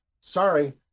sorry